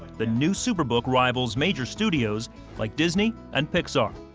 the new superbook rivals major studios like disney and pixar.